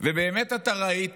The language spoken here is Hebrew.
ובאמת אתה ראית